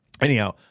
anyhow